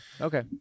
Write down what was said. Okay